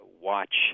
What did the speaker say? watch